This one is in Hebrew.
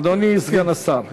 אדוני סגן השר ישיב.